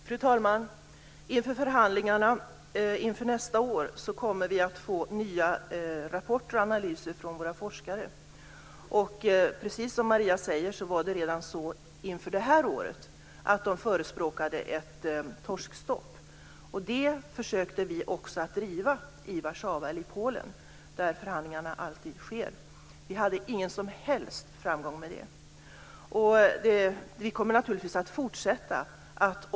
Fru talman! Inför förhandlingarna inför nästa år kommer vi att få nya rapporter och analyser från våra forskare. Precis som Maria säger förespråkade dessa redan inför det här året ett torskstopp. Det försökte vi också att driva i Polen, där förhandlingarna alltid sker. Vi hade ingen som helst framgång med det. Vi kommer naturligtvis att fortsätta.